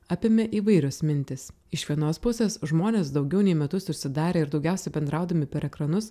apėmė įvairios mintys iš vienos pusės žmonės daugiau nei metus užsidarę ir daugiausiai bendraudami per ekranus